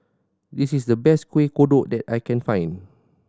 this is the best Kueh Kodok that I can find